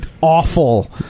Awful